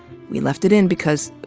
we left it in because,